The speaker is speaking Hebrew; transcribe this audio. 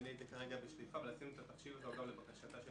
אין לי את זה כרגע בשליפה אבל עשינו את התחשיב הזה לבקשתה של